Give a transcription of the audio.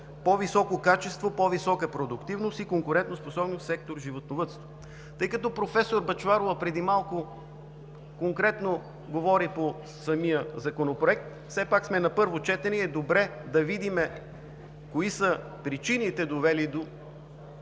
„по-високо качество, по-висока продуктивност и конкурентоспособност в сектор „Животновъдство“. Тъй като професор Бъчварова преди малко конкретно говори по самия законопроект, все пак сме на първо четене и е добре да видим кои са причините, довели до